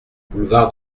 boulevard